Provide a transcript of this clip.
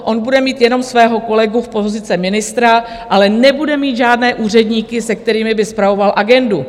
On bude mít jenom svého kolegu z pozice ministra, ale nebude mít žádné úředníky, se kterými by spravoval agendu.